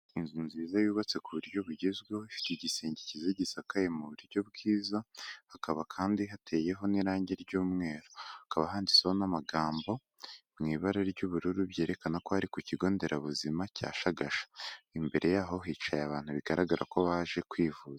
Ni inzu nziza yubatse ku buryo bugezweho ifite igisinge gisakaye mu buryo bwiza, hakaba kandi hateyeho n'irangi ry'umweru hakaba handitsweho n'amagambo ari mu ibara ry'ubururu byerekana ko ari ku kigo nderabuzima cya Shagasha imbere yaho hicaye abantu bigaragara ko baje kwivuza.